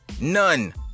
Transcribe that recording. None